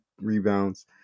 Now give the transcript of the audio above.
rebounds